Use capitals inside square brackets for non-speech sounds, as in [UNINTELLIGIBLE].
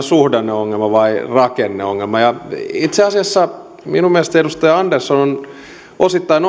[UNINTELLIGIBLE] suhdanneongelma vai vai rakenneongelma ja itse asiassa minun mielestäni edustaja andersson on osittain [UNINTELLIGIBLE]